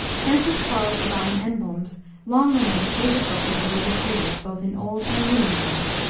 francis quarles' divine emblems long remained a favorite book with religious readers, both in old and new england.